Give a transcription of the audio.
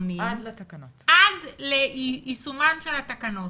לפעוטונים עד ליישומן של התקנות.